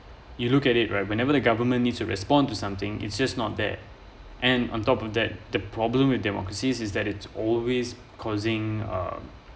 you look at it right whenever the government needs to respond to something it's just not there and on top of that the problem with democracies is that it's always causing um